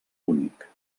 únic